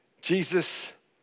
Jesus